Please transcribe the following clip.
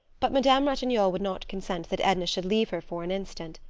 but madame ratignolle would not consent that edna should leave her for an instant.